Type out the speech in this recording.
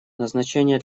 назначение